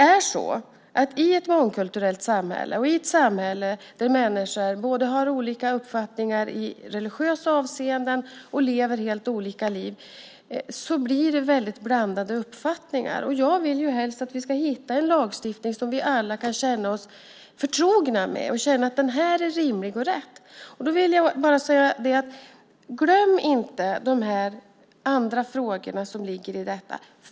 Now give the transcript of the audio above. I ett mångkulturellt samhälle och i ett samhälle där människor har olika uppfattningar i religiösa avseenden och lever helt olika liv finns det väldigt blandade uppfattningar. Jag vill helst att vi ska hitta en lagstiftning som vi alla kan känna oss förtrogna med och känna att den är rimlig och rätt. Glöm inte de andra frågorna som ligger i detta!